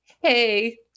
Hey